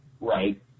Right